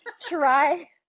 try